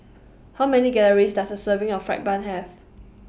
How Many Calories Does A Serving of Fried Bun Have